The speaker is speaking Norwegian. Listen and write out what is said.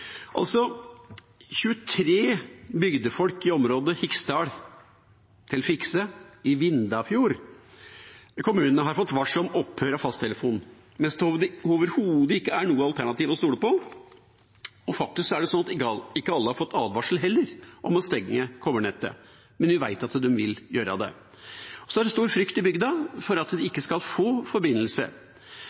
Fikse i Vindafjord kommune har 23 bygdefolk fått varsel om opphør av fasttelefonen, mens det overhodet ikke er noe alternativ å stole på. Det er faktisk sånn at heller ikke alle har fått advarsel om stenging av kobbernettet, men de vet at de vil gjøre det. Det er stor frykt i bygda for at de ikke skal få forbindelse.